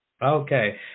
Okay